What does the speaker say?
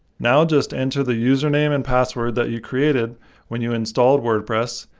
now, just enter the username and password that you created when you installed wordpress,